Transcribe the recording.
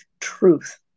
truth